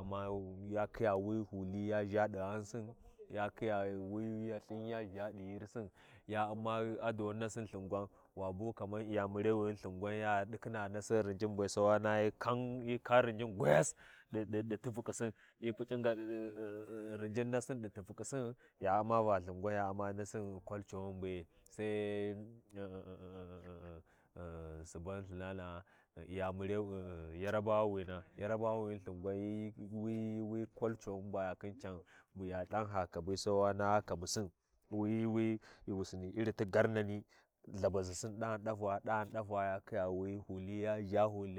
U’mma, ya khoya wi huli ya ʒha ɗi ghamsin, ya khoya wi YaLthin ya ʒhaɗi ƙinsin ya U’mma adoni nasin Lthingwan. Wa bu kaman Iyamuraini Lthingwan, ya ɗikhina wi rinjinbe sai wa naha hyi Puc’i ngar rinjin nasin ɗi tifuƙiin ya Umma ba Lthigwan ya Umma nasin ni be’e sai u u suban Lthinana’a Iyamareni Yarabawauwina yarabawawina Lthingwan hyi culturerni baya khin can bu ya Lthanha kabi sai wa Lthabudisin ɗani ɗafuwa, ɗani ɗafuwa ya khiya wi huli yaʒha huli.